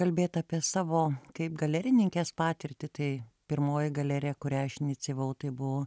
kalbėt apie savo kaip galerininkės patirtį tai pirmoji galerija kurią aš inicijavau tai buvo